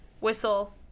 Whistle